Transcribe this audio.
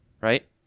Right